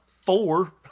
four